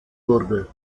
wurde